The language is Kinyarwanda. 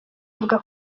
avuga